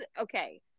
okay